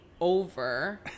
over